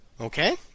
Okay